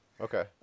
Okay